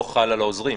לא חל על העוזרים.